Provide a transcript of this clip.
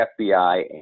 FBI